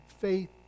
faith